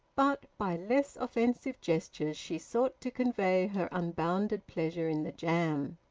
but by less offensive gestures she sought to convey her unbounded pleasure in the jam.